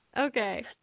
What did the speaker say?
Okay